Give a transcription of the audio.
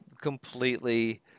completely